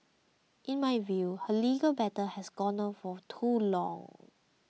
in my view her legal battle has gone on for too long